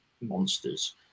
monsters